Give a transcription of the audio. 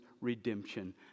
redemption